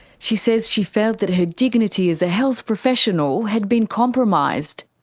she says she felt that her dignity as a health professional had been compromised.